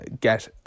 get